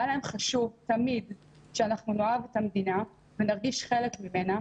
והיה להם חשוב תמיד שאנחנו נאהב את המדינה ונרגיש חלק ממנה,